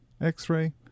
x-ray